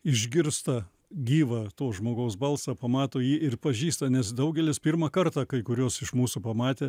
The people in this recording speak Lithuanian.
išgirsta gyvą to žmogaus balsą pamato jį ir pažįsta nes daugelis pirmą kartą kai kuriuos iš mūsų pamatė